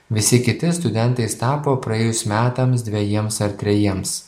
visi kiti studentais tapo praėjus metams dvejiems ar trejiems